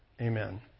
Amen